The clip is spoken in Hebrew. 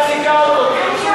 מה זה, בית-המשפט זיכה אותו.